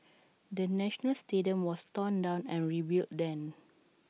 the national stadium was torn down and rebuilt then